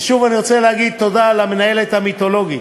ושוב אני רוצה להגיד תודה למנהלת המיתולוגית